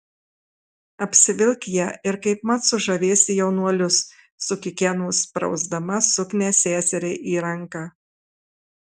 apsivilk ją ir kaipmat sužavėsi jaunuolius sukikeno sprausdama suknią seseriai į ranką